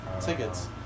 tickets